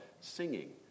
singing